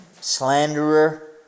slanderer